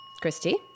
Christy